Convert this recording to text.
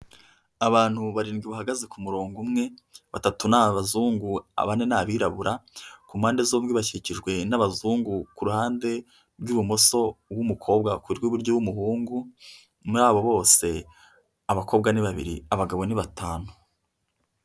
Abantu barindwi bahagaze ku murongo umwe, batatu ni abazungu, abandi ni abirabura, ku mpande zombi bakikijwe n'abazungu, ku ruhande rw'ibumoso uw'umukobwa, ku rw'iburyo uw'umuhungu, muri abo bose, abakobwa ni babiri, abagabo ni batanu.